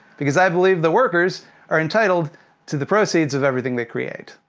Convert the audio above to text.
because i believe the workers are entitled to the proceeds of everything they create.